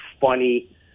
funny